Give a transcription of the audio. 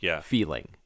feeling